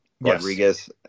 Rodriguez